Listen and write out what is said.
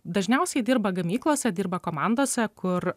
dažniausiai dirba gamyklose dirba komandose kur